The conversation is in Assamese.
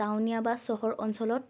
টাউনীয়া বা চহৰ অঞ্চলত